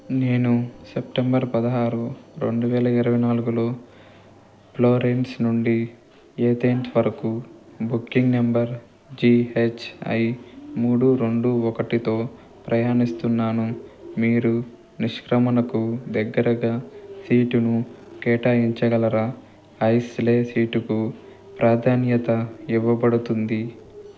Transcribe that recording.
నేను సెప్టంబర్ పదహారు రెండు వేల ఇరవై నాలుగులో ఫ్లోరెన్స్ నుండి ఏథేన్స్ వరకు booking number G H I మూడు రెండు ఒకటితో ప్రయాణిస్తున్నాను మీరు నిష్క్రమణకు దగ్గరగా సీటును కేటాయించగలరా అయిస్లె సీటుకు ప్రాధాన్యత ఇవ్వబడుతుంది